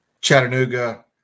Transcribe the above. Chattanooga